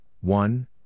one